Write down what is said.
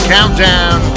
Countdown